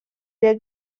their